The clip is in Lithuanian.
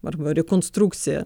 arba rekonstrukciją